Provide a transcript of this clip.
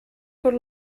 per